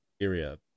area